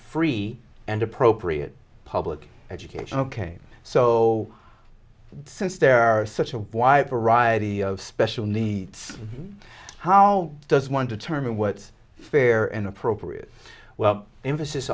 free and appropriate public education ok so since there are such a wide variety of special needs how does one determine what's fair and appropriate well emphasis